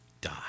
die